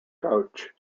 coach